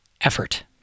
effort